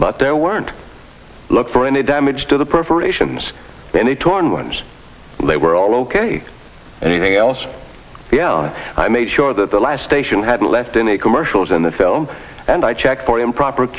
but there weren't look for any damage to the perforations in the torn ones they were all ok anything else yeah i made sure that the last station had left in the commercials in the film and i checked for improper